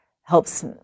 helps